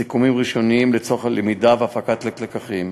סיכומים ראשוניים לצורך הלמידה והפקת לקחים.